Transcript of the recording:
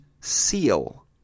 seal